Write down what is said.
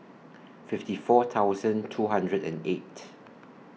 fifty four thousand two hundred and eight